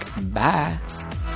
Bye